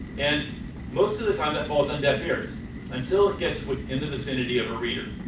and most of the time that falls on deaf ears until it gets within the vicinity of a reader.